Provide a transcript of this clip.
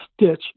stitch